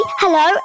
hello